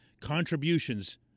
contributions